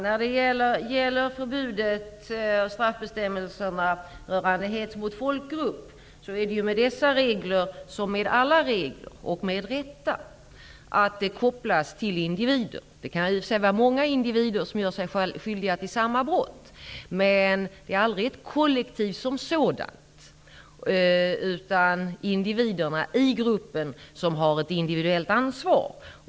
Herr talman! Med förbudet och straffbestämmelserna rörande hets mot folkgrupp är det som med alla regler -- och det med rätta -- att de kopplas till individen. Det kan vara många individer som gör sig skyldiga till samma brott, men det är aldrig ett kollektiv som sådant, utan individerna i gruppen har ett individuellt ansvar.